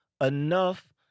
enough